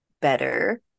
better